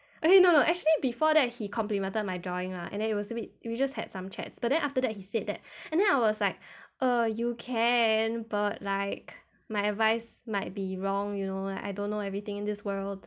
okay no no actually before that he complimented my drawing ah and then it was a bit we just had some chats but then after that he said that and then I was like err you can but like my advice might be wrong you know like I don't know everything in this world